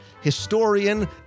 historian